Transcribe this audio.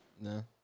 No